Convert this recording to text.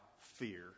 fear